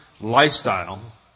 lifestyle